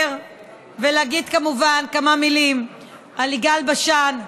ולהגיד כמובן כמה מילים על יגאל בשן,